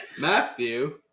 Matthew